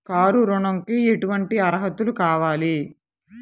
Car ఋణంకి ఎటువంటి అర్హతలు కావాలి?